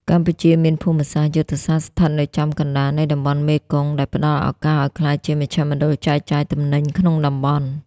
កម្ពុជាមានភូមិសាស្ត្រយុទ្ធសាស្ត្រស្ថិតនៅចំកណ្ដាលនៃតំបន់មេគង្គ ដែលផ្ដល់ឱកាសឱ្យក្លាយជាមជ្ឈមណ្ឌលចែកចាយទំនិញក្នុងតំបន់។